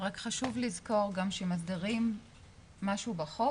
רק חשוב לזכור שאם מסדירים משהו בחוק,